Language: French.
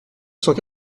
cent